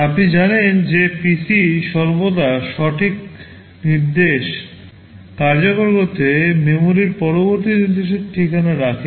আপনি জানেন যে PC সর্বদা সঠিক নির্দেশ কার্যকর করতে মেমরির পরবর্তী নির্দেশের ঠিকানা রাখে